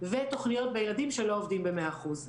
ותוכניות בילדים, שלא עובדים במאה אחוז.